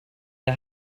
der